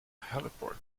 heliport